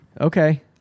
Okay